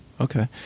Okay